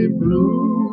blue